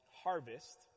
harvest